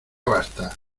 basta